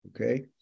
okay